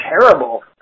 terrible